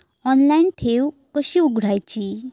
Online ठेव कशी उघडायची?